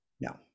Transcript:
No